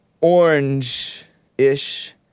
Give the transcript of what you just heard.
orange-ish